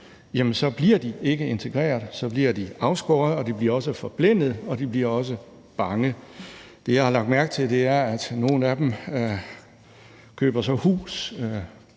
så bliver de ikke integreret, så bliver de afskåret, og de bliver også forblændet, og de bliver også bange. Det, jeg har lagt mærke til, er, at nogle af dem så køber hus